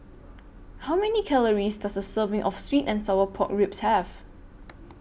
How Many Calories Does A Serving of Sweet and Sour Pork Ribs Have